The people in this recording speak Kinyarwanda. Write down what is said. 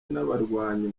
n’abarwanyi